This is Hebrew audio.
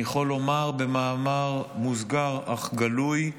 אני יכול לומר במאמר מוסגר אך גלוי: